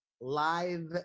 live